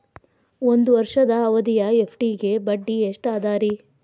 ಒಂದ್ ವರ್ಷದ ಅವಧಿಯ ಎಫ್.ಡಿ ಗೆ ಬಡ್ಡಿ ಎಷ್ಟ ಅದ ರೇ?